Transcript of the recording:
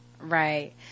Right